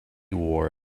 war